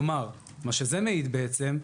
כלומר מה שזה מעיד בעצם,